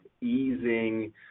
easing